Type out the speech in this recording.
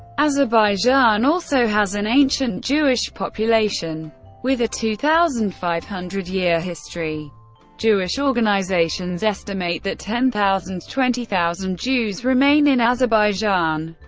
azerbaijan also has an ancient jewish population with a two thousand five hundred year history jewish organizations estimate that ten thousand twenty thousand jews remain in azerbaijan.